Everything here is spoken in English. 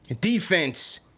Defense